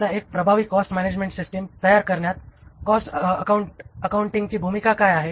आता एक प्रभावी कॉस्ट मॅनॅजमेण्ट सिस्टिम तयार करण्यात कॉस्ट अकाउंटिंगची भूमिका काय आहे